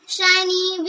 Shiny